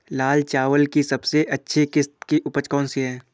लाल चावल की सबसे अच्छी किश्त की उपज कौन सी है?